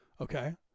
okay